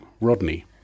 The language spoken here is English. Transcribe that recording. Rodney